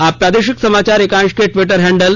आप प्रादेशिक समाचार एकांश के टिवटर हैंडल